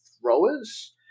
throwers